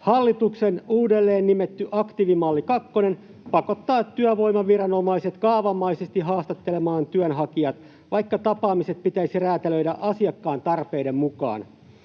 Hallituksen uudelleen nimetty aktiivimalli kakkonen pakottaa työvoimaviranomaiset kaavamaisesti haastattelemaan työnhakijat, vaikka tapaamiset pitäisi räätälöidä asiakkaan tarpeiden mukaan.